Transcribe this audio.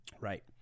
Right